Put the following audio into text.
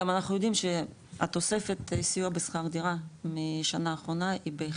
אבל גם אנחנו יודיעם שהתוספת בסיוע לשכר דירה מהשנה האחרונה,